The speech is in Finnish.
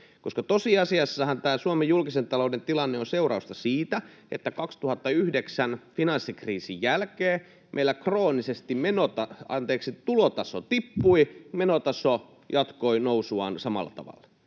tehty. Tosiasiassahan tämä Suomen julkisen talouden tilanne on seurausta siitä, että 2009 finanssikriisin jälkeen meillä kroonisesti tulotaso tippui ja menotaso jatkoi nousuaan samalla tavalla.